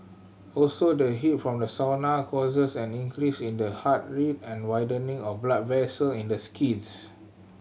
also the heat from the sauna causes an increase in the heart rate and widening of blood vessel in the skins